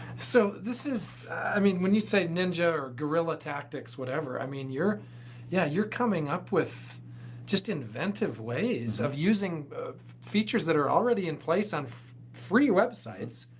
so, this is i mean when you say ninja or guerilla tactics whatever. i mean, you're yeah you're coming up with just inventive ways of using features that are already in place on free websites.